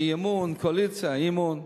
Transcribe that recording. אי-אמון, קואליציה, אמון.